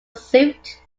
suit